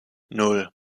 nan